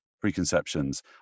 preconceptions